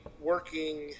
working